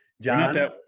John